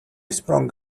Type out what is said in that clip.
sprang